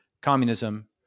communism